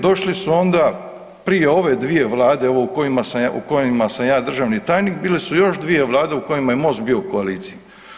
Došli su onda prije ove dvije Vlade ove u kojima sam ja državni tajnik, bile su još dvije Vlade u kojima je Most bio u koaliciji.